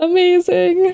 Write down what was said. Amazing